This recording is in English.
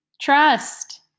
Trust